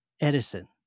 Edison